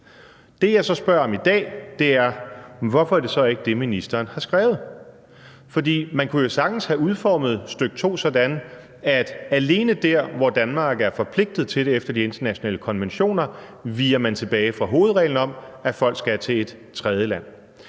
Det, jeg så spørger om i dag, er: Hvorfor er det så ikke det, ministeren har skrevet? For man kunne jo sagtens have udformet stk. 2 sådan, at alene der, hvor Danmark er forpligtet til det efter de internationale konventioner, viger man tilbage fra hovedreglen om, at folk skal til et tredje land.